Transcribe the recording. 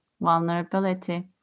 vulnerability